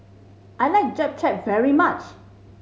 I like Japchae very much